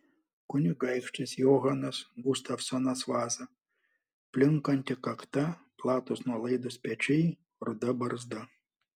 kunigaikštis johanas gustavsonas vaza plinkanti kakta platūs nuolaidūs pečiai ruda barzda